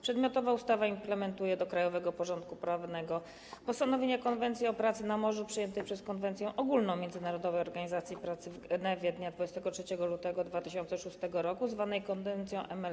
Przedmiotowa ustawa implementuje do krajowego porządku prawnego postanowienia Konwencji o pracy na morzu przyjętej przez Konferencję Ogólną Międzynarodowej Organizacji Pracy w Genewie dnia 23 lutego 2006 r., zwanej konwencją MLC.